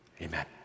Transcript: Amen